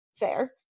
fair